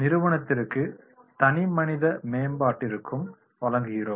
நிறுவனத்திற்கு தனிமனித மேம்பாட்டிற்கு வழங்குகிறோம்